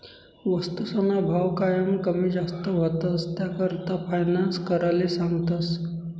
वस्तूसना भाव कायम कमी जास्त व्हतंस, त्याकरता फायनान्स कराले सांगतस